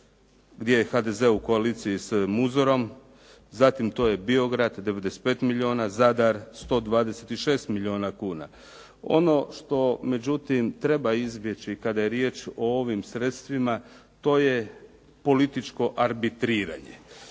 gdje je HDZ u koaliciji s Muzorom. Zatim to je Biograd 95 milijuna, Zadar 126 milijuna kuna. Ono što međutim treba izbjeći kada je riječ o ovim sredstvima to je političko arbitriranje.